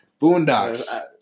Boondocks